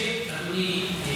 תסביר, אדוני.